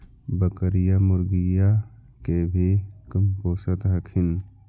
बकरीया, मुर्गीया के भी कमपोसत हखिन?